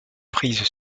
prises